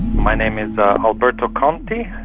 my name is alberto conti,